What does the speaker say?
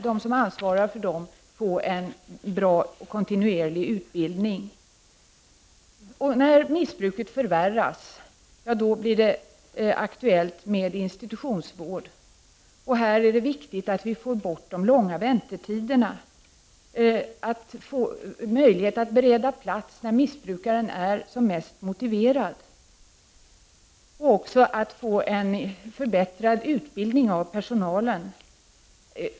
De som ansvarar för familjehemmen måste ha en bra och kontinuerlig utbildning. När missbruket förvärras blir det aktuellt med institutionsvård. Det är viktigt att vi får bort de långa väntetiderna så att vi får möjlighet att bereda plats när missbrukarna är som mest motiverade. Personalen måste få förbättrad utbildning.